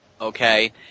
okay